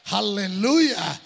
Hallelujah